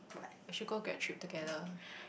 we should go grad trip together